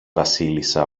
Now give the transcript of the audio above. βασίλισσα